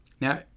Now